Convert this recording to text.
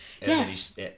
Yes